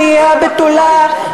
באיי-הבתולה,